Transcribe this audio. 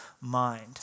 mind